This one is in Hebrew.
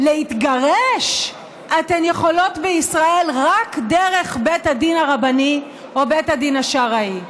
להתגרש אתן יכולות בישראל רק דרך בית הדין הרבני או בית הדין השרעי.